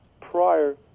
prior